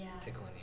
tickling